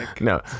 No